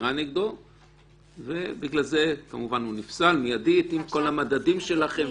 חקירה נגדו והוא נפסל בגלל זה מידית עם כל המדדים שלכם,